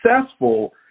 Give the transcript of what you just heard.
successful